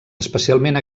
especialment